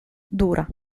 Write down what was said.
dura